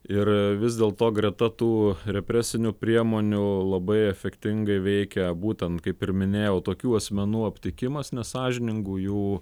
ir vis dėlto greta tų represinių priemonių labai efektingai veikia būtent kaip ir minėjau tokių asmenų aptikimas nesąžiningų jų